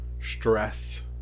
Stress